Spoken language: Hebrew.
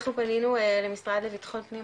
אנחנו פנינו למשרד לביטחון פנים,